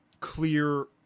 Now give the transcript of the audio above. clear